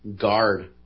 guard